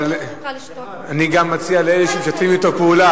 אבל אני מציע גם לאלה שמשתפים אתו פעולה